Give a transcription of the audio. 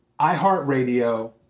iHeartRadio